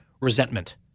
resentment